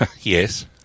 Yes